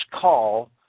call